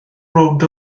rownd